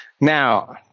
Now